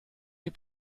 die